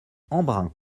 embrun